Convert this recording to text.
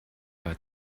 her